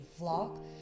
vlog